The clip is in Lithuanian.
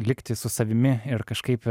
likti su savimi ir kažkaip